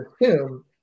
assume